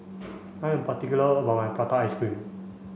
I am particular about my prata ice cream